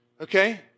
Okay